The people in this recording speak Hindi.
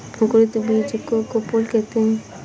अंकुरित बीज को कोपल कहते हैं